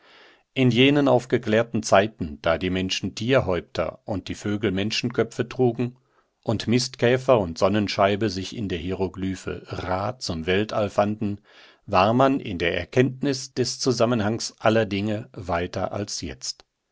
in jenen aufgeklärten zeiten da die menschen tierhäupter und die vögel menschenköpfe trugen und mistkäfer und sonnenscheibe sich in der hieroglyphe ra zum weltall fanden war man in der erkenntnis des zusammenhangs aller dinge weiter als jetzt